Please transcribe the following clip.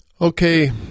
Okay